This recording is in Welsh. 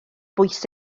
bwys